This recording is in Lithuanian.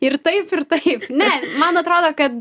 ir taip ir taip man atrodo kad